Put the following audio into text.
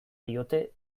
diote